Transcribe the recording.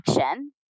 action